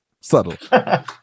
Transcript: subtle